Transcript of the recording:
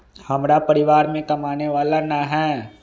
हमरा परिवार में कमाने वाला ना है?